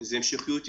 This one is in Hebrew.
המשכיות עסקית.